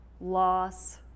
loss